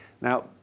Now